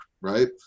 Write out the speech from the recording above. right